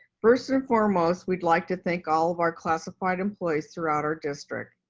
first and foremost, we'd like to thank all of our classified employees throughout our district.